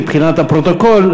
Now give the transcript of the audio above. מבחינת הפרוטוקול,